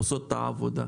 עושות את העבודה?